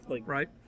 Right